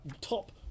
top